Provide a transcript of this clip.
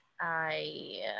I-